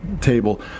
table